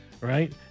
Right